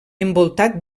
envoltat